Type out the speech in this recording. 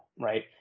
right